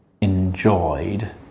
enjoyed